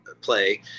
play